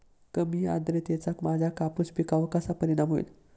कमी आर्द्रतेचा माझ्या कापूस पिकावर कसा परिणाम होईल?